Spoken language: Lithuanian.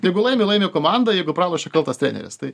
jeigu laimi laimi komanda jeigu pralošia kaltas treneris tai